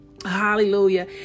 Hallelujah